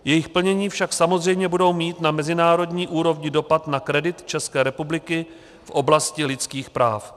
Jejich plnění však samozřejmě budou mít na mezinárodní úrovni dopad na kredit České republiky v oblasti lidských práv.